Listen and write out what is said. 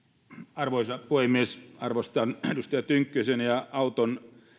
arvoisa puhemies arvostan edustaja tynkkysen ja auton esille